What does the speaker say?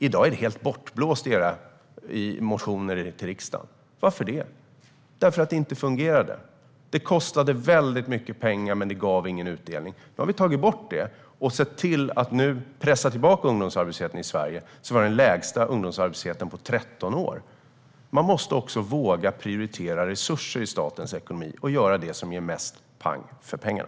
I dag är detta som bortblåst i era motioner till riksdagen. Varför det? Därför att det inte fungerade. Det kostade väldigt mycket pengar, men det gav ingen utdelning. Nu har vi tagit bort detta och sett till att pressa tillbaka ungdomsarbetslösheten, så att vi har den lägsta ungdomsarbetslösheten på 13 år. Man måste också våga prioritera resurser i statens ekonomi och göra det som ger mest pang för pengarna.